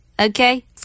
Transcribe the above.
okay